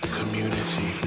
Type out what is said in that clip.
community